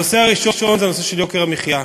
הנושא הראשון זה הנושא של יוקר המחיה.